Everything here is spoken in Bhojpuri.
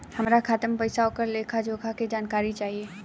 हमार खाता में पैसा ओकर लेखा जोखा के जानकारी चाही?